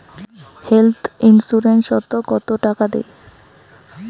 Health insurance ওত কত টাকা দেয়?